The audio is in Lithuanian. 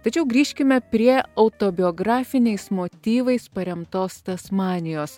tačiau grįžkime prie autobiografiniais motyvais paremtos tasmanijos